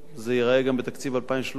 זה ייראה גם בתקציב 2013,